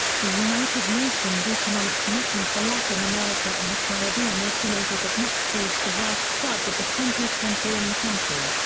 the united nations economic commission for latin america and the caribbean estimated that mitch caused the worst floods of the twentieth century in the country.